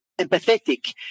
empathetic